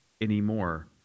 anymore